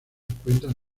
encuentran